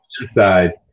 inside